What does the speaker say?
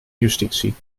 justitie